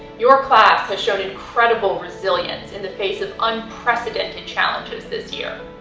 your class has shown incredible resilience in the face of unprecedented challenges this year,